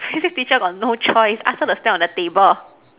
Physics teacher got no choice ask her to stand on the table